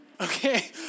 Okay